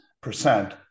percent